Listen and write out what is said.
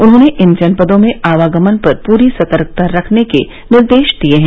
उन्होंने इन जनपदों में आवागमन पर पूरी सतर्कता रखने के निर्देश दिए हैं